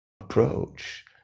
approach